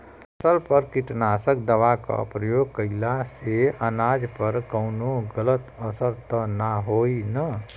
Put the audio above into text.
फसल पर कीटनाशक दवा क प्रयोग कइला से अनाज पर कवनो गलत असर त ना होई न?